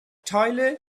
tyler